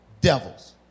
devils